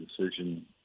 decision